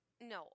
No